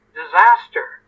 disaster